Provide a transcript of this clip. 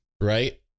right